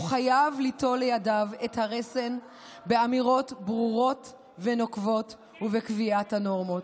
הוא חייב ליטול לידיו את הרסן באמירות ברורות ונוקבות ובקביעת הנורמות".